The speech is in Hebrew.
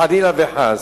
חלילה וחס,